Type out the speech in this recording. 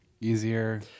easier